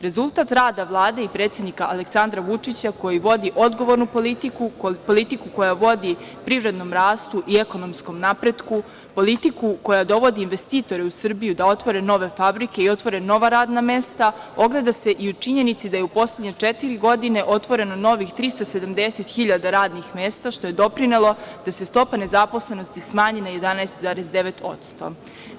Rezultat rada Vlade i predsednika Aleksandra Vučića koji vodi odgovornu politiku, politiku koja vodi privrednom rastu i ekonomskom napretku, politiku koja dovodi investitore u Srbiju da otvore nove fabrike i otvore nova radna mesta, ogleda se i u činjenici da je u poslednje četiri godine otvoreno novih 370 hiljade radnih mesta, što je doprinelo da se stopa nezaposlenosti smanji na 11,9%